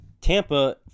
Tampa